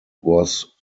was